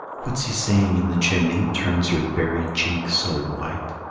what's he saying in the chimney turns your berry cheek so white?